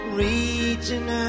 reaching